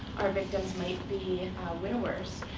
our victims might be widowers,